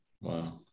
Wow